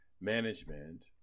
management